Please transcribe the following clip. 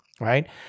right